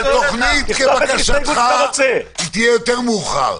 תוכנית כבקשתך תהיה יותר מאוחר...